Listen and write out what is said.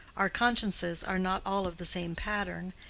our consciences are not all of the same pattern,